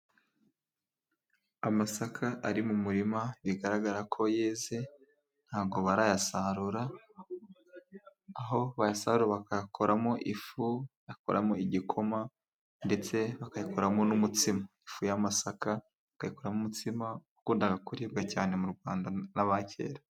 Amasaka ari mu murima bigaragara ko yeze, ntabwo barayasarura. Aho bayasarura bakayakoramo ifu, bakoramo igikoma ndetse bakayakoramo n'umutsima. Ifu y'amasaka bakayikoramo umutsima, wakundaga kuribwa cyane mu Rwanda n'abakera.